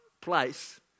place